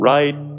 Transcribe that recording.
Right